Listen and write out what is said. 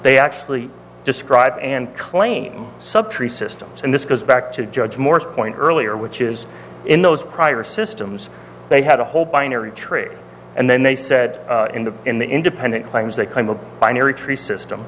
they actually describe and claim sub tree systems and this goes back to judge morris point earlier which is in those prior systems they had a whole binary tree and then they said in the in the independent claims they claim a binary tree system